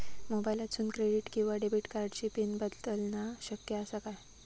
मोबाईलातसून क्रेडिट किवा डेबिट कार्डची पिन बदलना शक्य आसा काय?